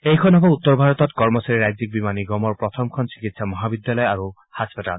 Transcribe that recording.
এইখন হ'ব উত্তৰ ভাৰতত কৰ্মচাৰী ৰাজ্যিক বীমা নিগমৰ প্ৰথমখন চিকিৎসা মহাবিদ্যালয় আৰু হাস্পতাল